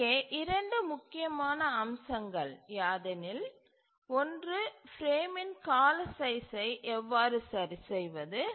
இங்கே இரண்டு முக்கியமான அம்சங்கள் யாதெனில் ஒன்று பிரேமின் கால சைஸ்சை எவ்வாறு சரிசெய்வது